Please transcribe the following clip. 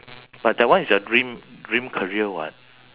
but that one is your dream dream career [what]